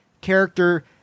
Character